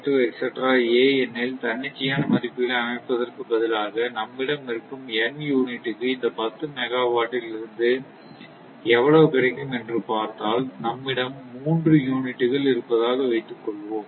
ல் தன்னிச்சையான மதிப்புகளை அமைப்பதற்கு பதிலாக நம்மிடம் இருக்கும் n யூனிட்டுக்கு இந்த 10 மெகா வாட் ல் இருந்து எவ்வளவு கிடைக்கும் என்று பார்த்தால் நம்மிடம் 3 யூனிட்டுகள் இருப்பதாக வைத்துக் கொள்வோம்